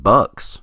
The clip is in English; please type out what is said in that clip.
Bucks